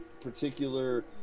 particular